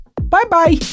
Bye-bye